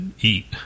eat